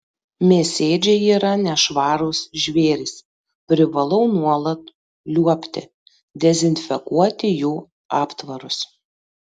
mėsėdžiai yra nešvarūs žvėrys privalau nuolat liuobti dezinfekuoti jų aptvarus